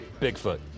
Bigfoot